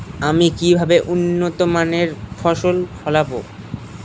আমি কিভাবে উন্নত মানের ফসল ফলাবো?